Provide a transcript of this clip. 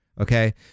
okay